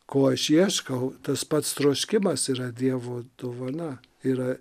ko aš ieškau tas pats troškimas yra dievo dovana yra